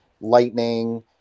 lightning